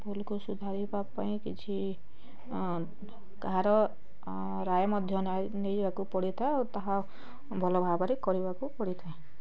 ଭୁଲ୍ କୁ ସୁଧାରିବା ପାଇଁ କିଛି କାହାର ରାୟ ମଧ୍ୟ ନେଇବାକୁ ପଡ଼ିଥାଏ ଆଉ ତାହା ଭଲ ଭାବରେ କରିବାକୁ ପଡ଼ିଥାଏ